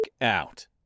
out